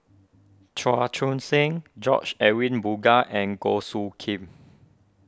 Chua Joon Siang George Edwin Bogaars and Goh Soo Khim